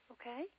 Okay